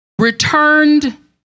returned